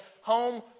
home